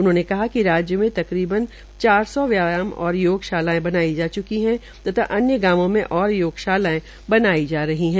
उन्होंने बताया कि राज्य में तकरीबन चार सौ व्यायाम एवं योग शालायें बनाई जा च्की है तथा अन्य गांवों में योगशालायें बनाई जा रही है